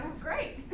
Great